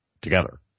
together